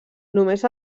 només